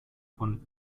von